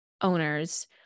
owners